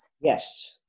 Yes